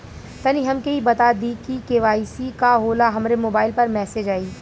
तनि हमके इ बता दीं की के.वाइ.सी का होला हमरे मोबाइल पर मैसेज आई?